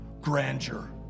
grandeur